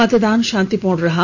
मतदान शांतिपूर्ण रहा